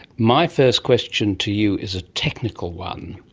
my first question to you is a technical one.